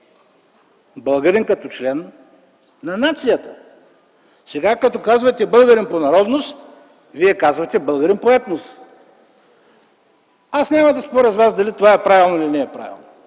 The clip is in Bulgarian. българин като член на нацията. Сега, когато казвате „българин по народност”, вие казвате „българин по етнос”. Няма да споря с Вас дали това е правилно или не. Категорично